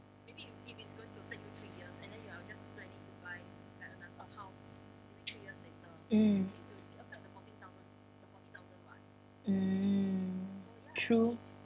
mm mm true